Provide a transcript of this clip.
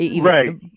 Right